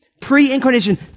Pre-incarnation